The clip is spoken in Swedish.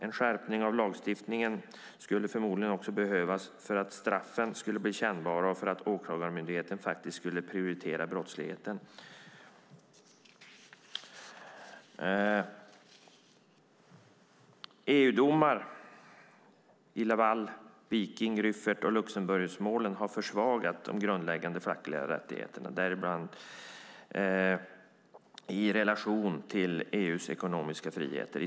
En skärpning av lagstiftningen kommer förmodligen också att behövas för att straffen ska bli kännbara så att Åklagarmyndigheten faktiskt ska prioritera brottsligheten. EU-domstolens domar i Laval-, Viking-, Rüffert och Luxemburgmålet har försvagat de grundläggande fackliga rättigheterna i relation till EU:s ekonomiska friheter.